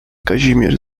kazimierz